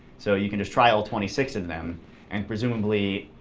so you can just try all twenty six of them and, presumably,